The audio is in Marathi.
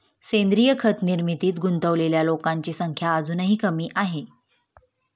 सेंद्रीय खत निर्मितीत गुंतलेल्या लोकांची संख्या अजूनही कमी आहे